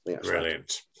Brilliant